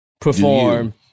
perform